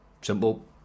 simple